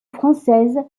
française